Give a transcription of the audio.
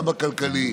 גם הכלכלית